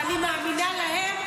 ואני מאמינה להם,